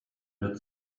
wird